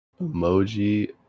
Emoji